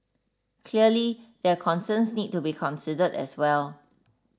clearly their concerns need to be considered as well